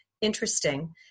interesting